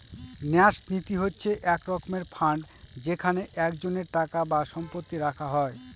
ন্যাস নীতি হচ্ছে এক রকমের ফান্ড যেখানে একজনের টাকা বা সম্পত্তি রাখা হয়